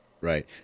Right